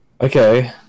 Okay